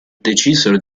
decisero